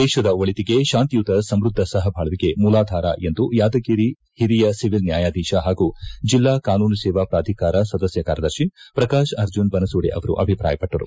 ದೇಶದ ಒಳಿಗೆ ಶಾಂತಿಯುತ ಸಮೃದ್ಧ ಸಹಬಾಳ್ವಿಗೆ ಮೂಲಧಾರ ಎಂದು ಯಾದಗಿರಿ ಓರಿಯ ಸಿವಿಲ್ ನ್ವಾಯಾಧೀಶ ಪಾಗೂ ಜಿಲ್ಲಾ ಕಾನೂನು ಸೇವಾ ಪ್ರಾಧಿಕಾರ ಸದಸ್ಯ ಕಾರ್ಯದರ್ಶಿ ಪ್ರಕಾಶ್ ಅರ್ಜುನ್ ಬನಸೊಡೆ ಅವರು ಅಭಿಪಾಯಪಟ್ಟರು